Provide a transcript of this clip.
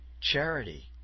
charity